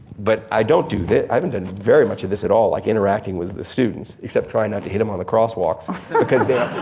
but i don't do this, i haven't done very much of this at all like interacting with the students except trying not to hit them on the cross walks cause they're,